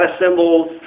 symbols